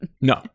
no